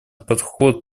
подход